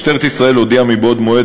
משטרת ישראל הודיעה מבעוד מועד,